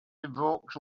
evokes